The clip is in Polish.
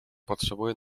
potrzebuje